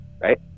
right